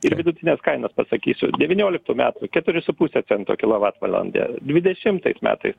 ir vidutines kainas pasakysiu devynioliktų metų keturi su puse cento kilovatvalandė dvidešimtais metais